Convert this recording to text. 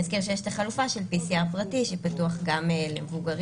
נזכיר שיש חלופה של PCR פרטי שפתוח גם למבוגרים,